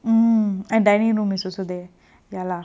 um and dining room is also there ya lah